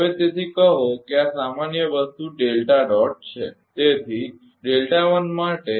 હવે તેથી કહો કે આ સામાન્ય વસ્તુ ડેલ્ટા ડોટ છે